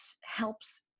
helps